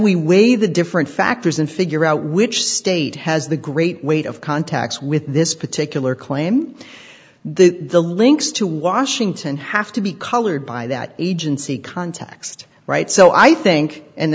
the different factors and figure out which state has the great weight of contacts with this particular claim the links to washington have to be colored by that agency context right so i think and